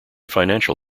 financial